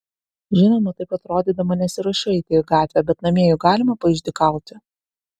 žinoma taip atrodydama nesiruošiu eiti į gatvę bet namie juk galima paišdykauti